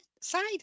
side